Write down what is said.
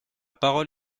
parole